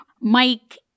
Mike